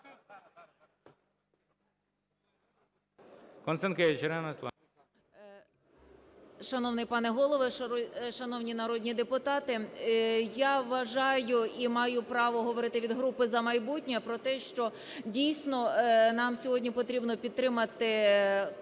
Шановний пане Голово, шановні народні депутати, я вважаю, і маю право говорити від групи "За майбутнє" про те, що дійсно нам сьогодні потрібно підтримати кандидатуру